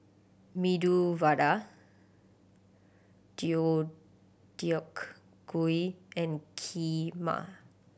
Medu Vada Deodeok Gui and Kheema